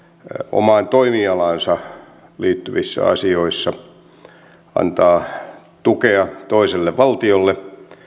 omaan toimialaansa liittyvissä asioissa antaa tukea toiselle valtiolle